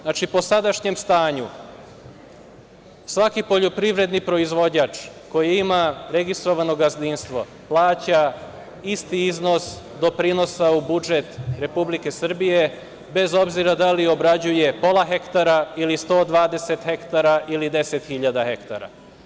Znači, po sadašnjem stanju, svaki poljoprivredni proizvođač koji ima registrovano gazdinstvo, plaća isti iznos doprinosa u budžet Republike Srbije, bez obzira da li obrađuje pola hektara ili 120 hektara ili 10.000 hektara.